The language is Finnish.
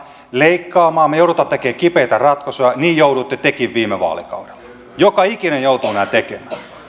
leikkaamaan me joudumme tekemään kipeitä ratkaisuja niin jouduitte tekin viime vaalikaudella joka ikinen joutuu nämä